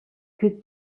que